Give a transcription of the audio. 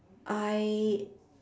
I